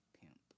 pimp